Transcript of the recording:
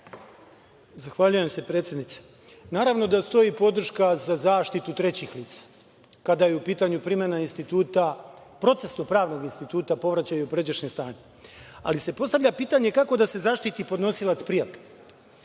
Zahvaljujem se, predsednice. Naravno da stoji podrška za zaštitu trećih lica, kada je u pitanju primena procesno-pravnog instituta povraćaj u pređašnje stanje. Ali se postavlja pitanje – kako da se zaštiti podnosilac prijave?